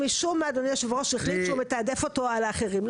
שמשום מה אדוני יושב הראש החליט שהוא מתעדף אותו על האחרים.